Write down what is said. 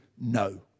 no